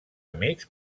amics